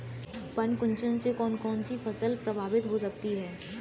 पर्ण कुंचन से कौन कौन सी फसल प्रभावित हो सकती है?